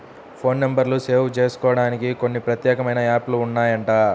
phone నెంబర్లు save జేసుకోడానికి కొన్ని ప్రత్యేకమైన యాప్ లు ఉన్నాయంట